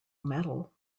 metal